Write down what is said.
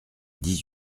dix